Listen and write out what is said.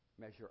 measure